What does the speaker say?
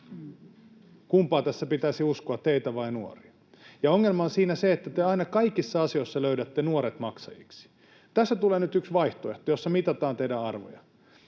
Kumpaa tässä pitäisi uskoa, teitä vai nuoria? Ja ongelma on siinä se, että te aina kaikissa asioissa löydätte nuoret maksajiksi. Tässä tulee nyt yksi vaihtoehto, jolla mitataan teidän arvojanne: